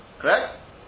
Correct